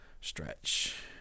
stretch